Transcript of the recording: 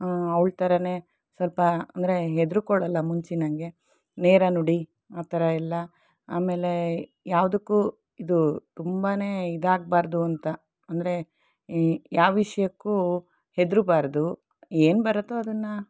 ಅವಳ ಥರನೇ ಸ್ವಲ್ಪ ಅಂದರೆ ಹೆದರಿಕೊಳ್ಳಲ್ಲ ಮುಂಚಿನಂಗೆ ನೇರ ನುಡಿ ಆ ಥರ ಎಲ್ಲ ಆಮೇಲೆ ಯಾವುದಕ್ಕೂ ಇದು ತುಂಬನೇ ಇದಾಗ್ಬಾರ್ದು ಅಂತ ಅಂದರೆ ಈ ಯಾವ ವಿಷಯಕ್ಕೂ ಹೆದರಬಾರ್ದು ಏನು ಬರುತ್ತೋ ಅದನ್ನು